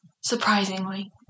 surprisingly